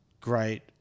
great –